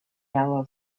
yellow